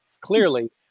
clearly